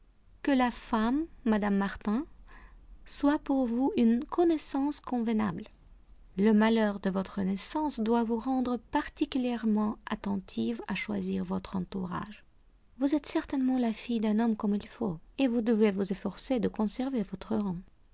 que la femme mme r martin soit pour vous une connaissance convenable le malheur de votre naissance doit vous rendre particulièrement attentive à choisir votre entourage vous êtes certainement la fille d'un homme comme il faut et vous devez vous efforcer de conserver votre rang